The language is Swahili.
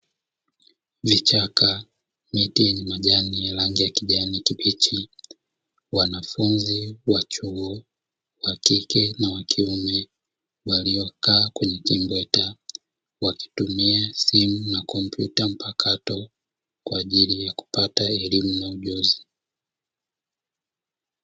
Vichaka, miti yenye majani yenye rangi ya kijani kibichi, wanafunzi wa chuo wa kike na wa kiume waliokaa kwenye kimbweta wakitumia simu na kompyuta mpakato kwa ajili ya kupata elimu na ujuzi.